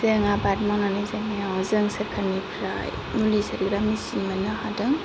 जों आबाद मावनानै जानायाव जों सरकारनिफ्राय मुलि मिसिन मोननो हादों